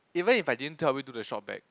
even if I didn't tell you do the ShopBack